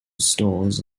stores